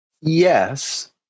Yes